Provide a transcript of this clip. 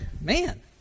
man